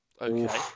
Okay